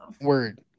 Word